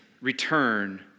return